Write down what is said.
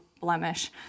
blemish